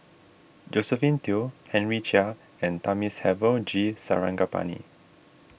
Josephine Teo Henry Chia and Thamizhavel G Sarangapani